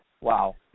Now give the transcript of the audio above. Wow